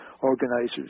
organizers